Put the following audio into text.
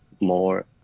more